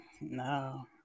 No